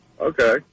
Okay